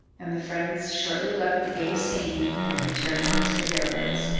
and the friends shortly left the gay scene, and returned to mr. harewood's.